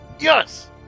Yes